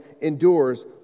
endures